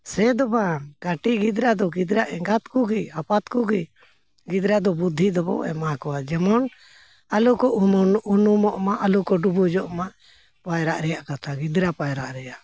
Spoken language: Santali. ᱥᱮ ᱫᱚ ᱵᱟᱝ ᱠᱟᱹᱴᱤᱡ ᱜᱤᱫᱽᱨᱟᱹ ᱫᱚ ᱜᱤᱫᱽᱨᱟᱹ ᱮᱸᱜᱟᱛ ᱠᱚᱜᱮ ᱟᱯᱟᱛ ᱠᱚᱜᱮ ᱜᱤᱫᱽᱨᱟᱹ ᱫᱚ ᱵᱩᱫᱽᱫᱷᱤ ᱫᱚᱵᱚᱱ ᱮᱢᱟ ᱠᱚᱣᱟ ᱡᱮᱢᱚᱱ ᱟᱞᱚ ᱠᱚ ᱩᱱᱩᱢᱚᱜᱼᱢᱟ ᱟᱞᱚᱠᱚ ᱰᱩᱵᱩᱡᱚᱜᱼᱢᱟ ᱯᱟᱭᱨᱟᱜ ᱨᱮᱭᱟᱜ ᱠᱟᱛᱷᱟ ᱜᱤᱫᱽᱨᱟᱹ ᱯᱟᱭᱨᱟᱜ ᱨᱮᱭᱟᱜ